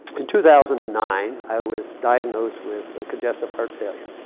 in two thousand and nine, i was diagnosed with congestive heart failure.